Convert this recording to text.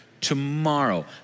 tomorrow